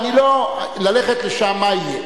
אבל אני לא, ללכת לשם, מה יהיה?